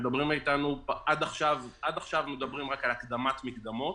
עד עכשיו מדברים איתנו רק על הקדמת מקדמות,